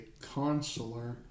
consular